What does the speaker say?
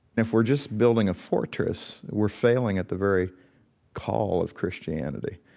and if we're just building a fortress, we're failing at the very call of christianity.